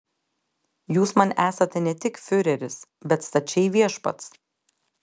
jūs man esate ne tik fiureris bet stačiai viešpats